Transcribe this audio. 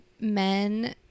men